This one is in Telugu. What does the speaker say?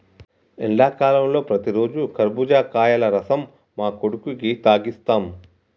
ఎండాకాలంలో ప్రతిరోజు కర్బుజకాయల రసం మా కొడుకుకి తాగిస్తాం